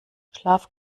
schlaf